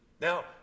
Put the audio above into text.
Now